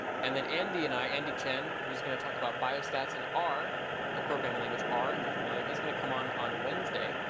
and then andy and i andy chen, who is going to talk about biostats in r, the programming language r if you're familiar, he's going to come in on on wednesday.